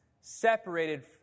separated